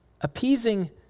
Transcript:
Appeasing